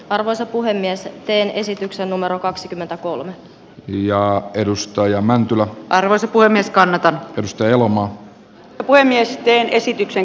arvoisa puhemies teen esityksen numero kaksikymmentäkolme ja edustoja mäntylä arvoisa puhemies kannata elomaa oboemiesten esityksen